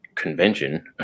convention